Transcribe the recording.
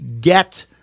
get